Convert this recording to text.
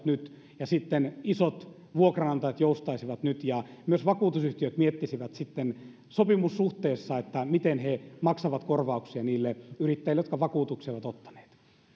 nyt isot vuokranantajat joustaisivat nyt ja myös vakuutusyhtiöt miettisivät sopimussuhteessa miten he maksavat korvauksia niille yrittäjille jotka vakuutuksia ovat ottaneet